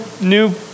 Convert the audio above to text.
new